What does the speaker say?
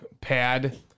pad